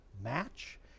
match